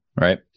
right